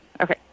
Okay